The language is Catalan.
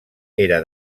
era